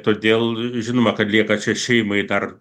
todėl žinoma kad lieka čia šeimai dar